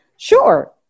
Sure